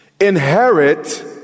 inherit